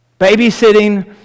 Babysitting